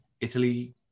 Italy